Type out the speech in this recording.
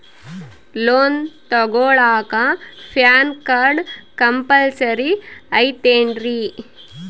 Loan ತೊಗೊಳ್ಳಾಕ PAN card compulsory ಐಯ್ತೇನ್ರಿ?